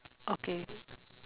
okay